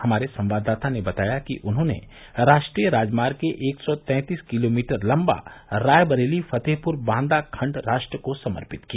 हमारे संवाददाता ने बताया कि उन्होंने राष्ट्रीय राजमार्ग के एक सौ तैंतीस किलोमीटर लंबे रायबरेली फतेहपुर बांदा खण्ड राष्ट्र को समर्पित किया